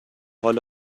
حال